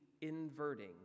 inverting